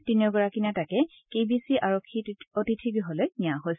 তিনিওগৰাকী নেতাকে K B C আৰক্ষী অতিথি গৃহলৈ নিয়া হৈছে